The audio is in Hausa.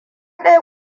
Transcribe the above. ɗaya